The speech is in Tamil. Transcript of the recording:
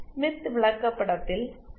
ஸ்மித் விளக்கப்படத்தில் சில மதிப்புகள் உள்ளன